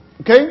Okay